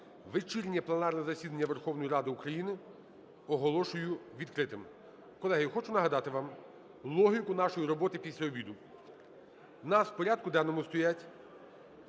Вечірнє пленарне засідання Верховної Ради України оголошую відкритим. Колеги, хочу нагадати вам логіку нашої роботи після обіду. У нас в порядку денному стоїть